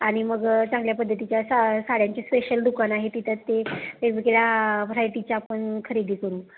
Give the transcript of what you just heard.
आणि मग चांगल्या पद्धतीच्या सा साड्यांचे स्पेशल दुकान आहे तिथं ते वेगवेगळ्या व्हरायटीची आपण खरेदी करू